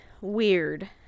weird